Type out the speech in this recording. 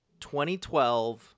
2012